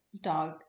dog